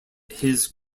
his